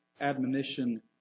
admonition